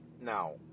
Now